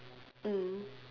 mm